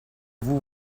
vous